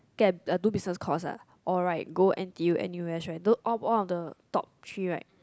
get uh do business course ah or right go n_t_u n_u_s right though one one of the top three right